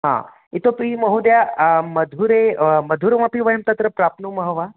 हा इतोपि महोदये मधुरे मधुरमपि वयं तत्र प्राप्नुमः वा